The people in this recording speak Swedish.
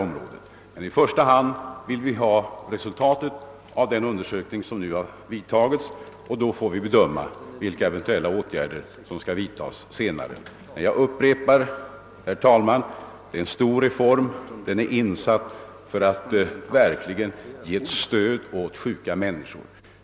Men i första hand vill vi studera resultatet av den undersökning som nu gjorts. Jag upprepar, herr talman, att det är fråga om en stor reform. Den har genomförts för att verkligen ge ett stöd åt sjuka människor.